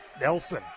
Nelson